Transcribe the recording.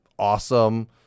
awesome